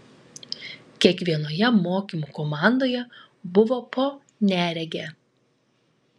kiekvienoje mokymų komandoje buvo po neregę